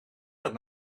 dat